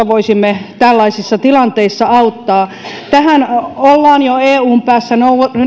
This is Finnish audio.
voisimme tällaisissa tilanteissa auttaa tähän ollaan jo eun päässä